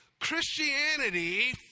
Christianity